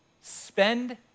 Spend